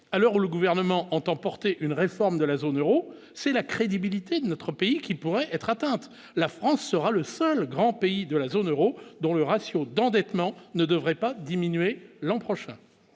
alors le gouvernement entend porter une réforme de la zone Euro, c'est la crédibilité de notre pays qui pourrait être atteinte, la France sera le seul grand pays de la zone Euro, dont le ratio d'endettement ne devrait pas diminuer l'an prochain,